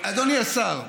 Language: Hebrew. אדוני השר,